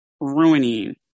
ruining